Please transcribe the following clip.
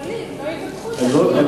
חולים, לא יבטחו אותם.